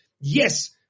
Yes